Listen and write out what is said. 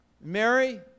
Mary